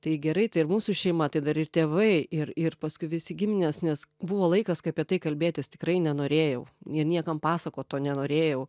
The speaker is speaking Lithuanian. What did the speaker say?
tai gerai tai ir mūsų šeima tai dar ir tėvai ir ir paskui visi giminės nes buvo laikas kai apie tai kalbėtis tikrai nenorėjau ir niekam pasakot to nenorėjau